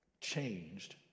changed